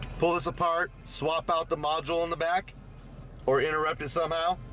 pull this apart swap out the module in the back or interrupt it somehow